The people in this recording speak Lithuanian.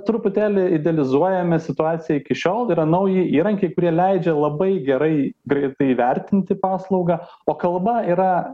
truputėlį idealizuojame situaciją iki šiol yra nauji įrankiai kurie leidžia labai gerai greitai įvertinti paslaugą o kalba yra